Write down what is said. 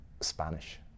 Spanish